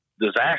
disaster